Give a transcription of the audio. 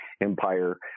empire